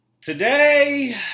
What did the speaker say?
today